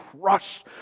Crush